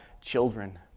children